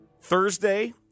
Thursday